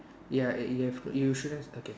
ya eh you have you should ask okay